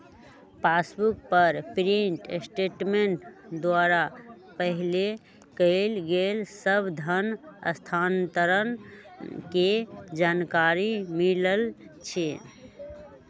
passbook पर print statement द्वारा पहिले कएल गेल सभ धन स्थानान्तरण के जानकारी मिलइ छइ